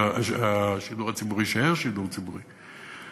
והשידור הציבורי יישאר שידור ציבורי,